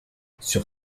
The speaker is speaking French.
sur